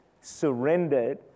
surrendered